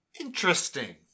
Interesting